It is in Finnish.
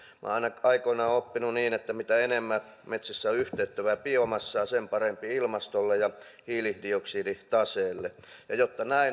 minä olen aikoinaan oppinut niin että mitä enemmän metsissä on yhteyttävää biomassaa sen parempi ilmastolle ja hiilidioksiditaseelle jotta näin